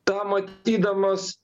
tą matydamas